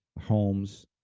homes